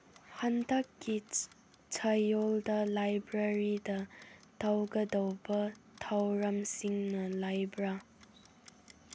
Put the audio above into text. ꯍꯟꯗꯛꯀꯤ ꯆꯌꯣꯜꯗ ꯂꯥꯏꯕ꯭ꯔꯦꯔꯤꯗ ꯇꯧꯒꯗꯧꯕ ꯊꯧꯔꯝꯁꯤꯡꯅ ꯂꯩꯕ꯭ꯔꯥ